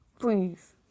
Please